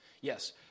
Yes